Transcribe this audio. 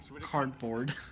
cardboard